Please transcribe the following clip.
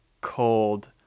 cold